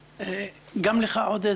גם לך ,עודד,